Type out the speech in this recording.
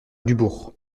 dubourg